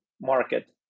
market